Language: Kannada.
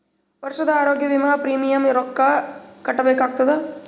ವರ್ಷದ ಆರೋಗ್ಯ ವಿಮಾ ಪ್ರೀಮಿಯಂ ಎಷ್ಟ ರೊಕ್ಕ ಕಟ್ಟಬೇಕಾಗತದ?